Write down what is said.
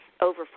over